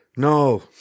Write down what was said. No